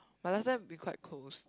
but that time we quite close